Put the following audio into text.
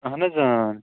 اہن حظ